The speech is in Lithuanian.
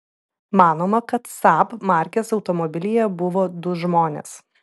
manoma kad saab markės automobilyje buvo du žmonės